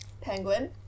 Penguin